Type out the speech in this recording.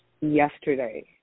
yesterday